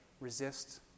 resist